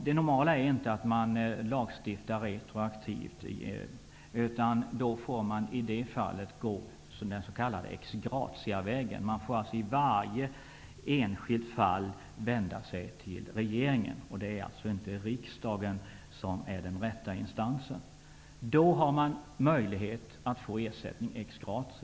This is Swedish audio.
Det normala är inte att man lagstiftar retroaktivt, utan i det fallet får man gå den s.k. ex gratia-vägen, dvs. man får i varje enskilt fall vända sig till regeringen. Det är alltså inte riksdagen som är den rätta instansen. Men regeringen kan ge ersättning ex gratia.